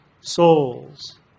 souls